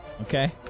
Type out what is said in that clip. Okay